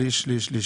שליש, שליש, שליש.